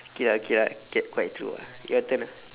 K lah K lah can~ quite true ah your turn